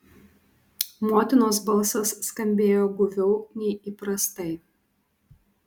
motinos balsas skambėjo guviau nei įprastai